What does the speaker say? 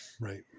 right